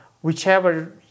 whichever